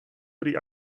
prý